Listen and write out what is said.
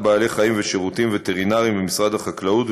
בעלי-חיים ושירותים וטרינריים במשרד החקלאות,